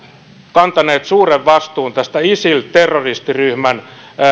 kantaneet suuren vastuun isil terroristiryhmän